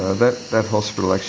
ah that that hospital actually,